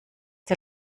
der